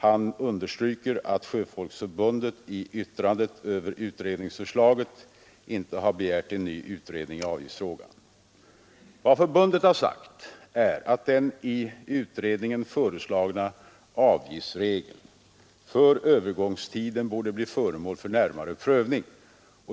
Han understryker att Sjöfolksförbundet i yttrandet över utredningsförslaget inte har begärt en ny utredning i avgiftsfrågan. Vad Sjöfolksförbundet har sagt är att den av utredningen föreslagna avgiftsregeln för övergångstiden borde bli föremål för närmare prövning.